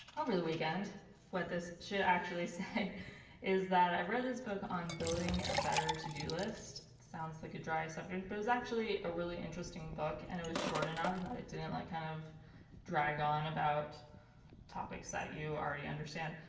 over the weekend what this should actually say is that i've read this book on building a better to-do list sounds like a dry subject it but was actually a really interesting book and it was short enough that it didn't like kind of drag on about topics that you already understand.